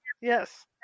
yes